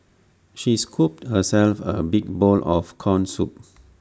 she scooped herself A big bowl of Corn Soup